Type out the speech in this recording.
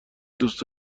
دوست